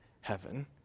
heaven